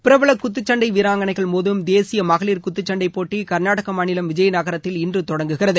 பிரபல குத்துசண்டை வீராங்கனைகள் மோதம் தேசிய மகளிர் குத்துசண்டை போட்டி கர்நாடக மாநிலம் விஜயநகரத்தில் இன்று தொடங்குகிறது